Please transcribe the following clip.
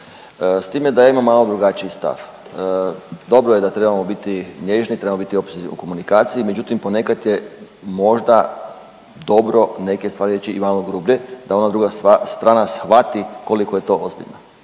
s time da ja imam malo drugačiji stav. Dobro je da trebamo biti nježni, trebamo biti …/Govornik se ne razumije/…u komunikaciji, međutim ponekad je možda dobro neke stvari reći i malo grublje da ona druga strana shvati koliko je to ozbiljno.